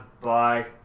Bye